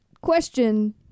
question